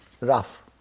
rough